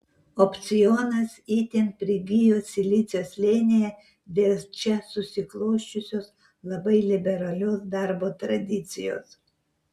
opcionas itin prigijo silicio slėnyje dėl čia susiklosčiusios labai liberalios darbo tradicijos